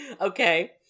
Okay